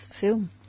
film